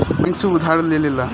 bank से उधार ले लेता